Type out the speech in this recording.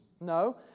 No